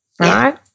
right